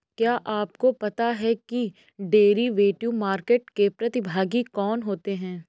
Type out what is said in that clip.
क्या आपको पता है कि डेरिवेटिव मार्केट के प्रतिभागी कौन होते हैं?